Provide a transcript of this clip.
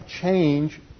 change